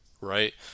right